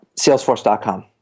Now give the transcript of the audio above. Salesforce.com